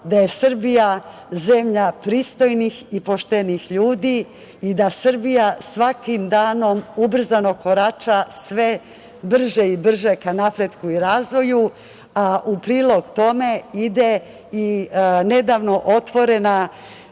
da je Srbija zemlja pristojnih i poštenih ljudi i da Srbija svakim danom ubrzano korača sve brže i brže ka napretku i razvoju. U prilog tome ide i nedavno proširenje